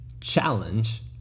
challenge